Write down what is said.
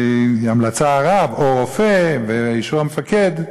המלצה של הרב או של רופא ואישור המפקד.